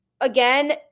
Again